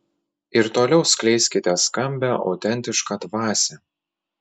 ir toliau skleiskite skambią autentišką dvasią